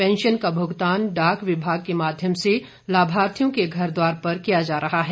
pension का भुगतान डाक विभाग के माध्यम से लाभार्थियों के घरद्वार पर किया जा रहा है